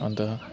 अन्त